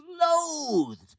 loathed